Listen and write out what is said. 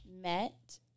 met